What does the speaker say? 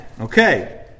Okay